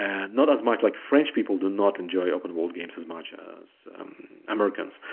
and not as much, like french people do not enjoy open world games as much as americans.